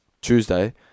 Tuesday